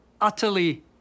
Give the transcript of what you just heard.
utterly